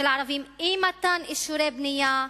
אי-מתן אישורי בנייה,